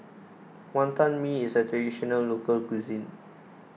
Wonton Mee is a Traditional Local Cuisine